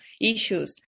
issues